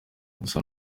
gusa